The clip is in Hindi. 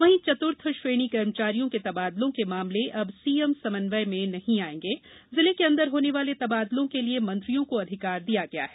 वहीं चतुर्थ श्रेणी कर्मचारियों के तबादलों के मामले अब सीएम समन्वय में नहीं आएंगे जिले के अंदर होने वाले तबादलों के लिए मंत्रियों को अधिकार दिया गया है